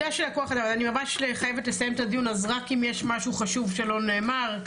אני ממש חייבת לסיים את הדיון אז רק אם יש משהו חשוב שלא נאמר,